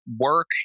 work